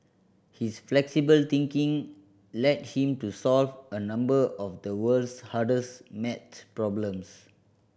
his flexible thinking led him to solve a number of the world's hardest maths problems